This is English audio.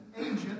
agent